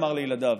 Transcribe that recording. אמר לילדיו,